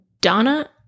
Donna